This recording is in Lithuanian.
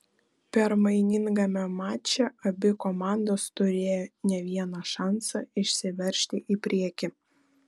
permainingame mače abi komandos turėjo ne vieną šansą išsiveržti į priekį